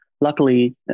luckily